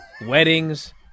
weddings